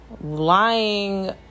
Lying